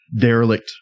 derelict